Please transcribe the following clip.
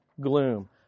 gloom